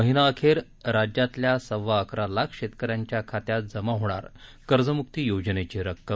महिनाअखेर राज्यातल्या सव्वा अकरा लाख शेतकऱ्यांच्या खात्यात जमा होणार कर्जमुक्ती योजनेची रक्कम